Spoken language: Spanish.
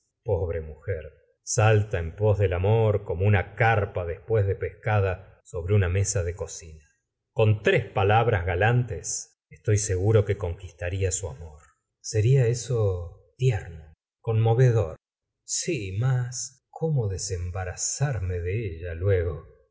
pobre mujer salta en pos del amor como una carpa después de pescada sobre una mesa de cocina con tres palabras galantes estoy seguro que conquistaría su amor seria eso tierno conmovedor si más como desembarazarme de ella luego